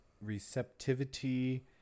receptivity